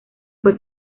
fue